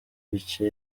ibice